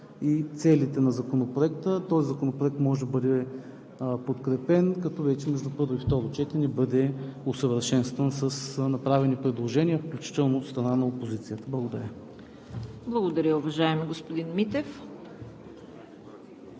и целите на Законопроекта, този законопроект може да бъде подкрепен, като вече между първо и второ гласуване бъде усъвършенстван с направени предложения, включително от страна на опозицията. Благодаря. ПРЕДСЕДАТЕЛ ЦВЕТА КАРАЯНЧЕВА: Благодаря, уважаеми господин Митев.